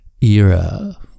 era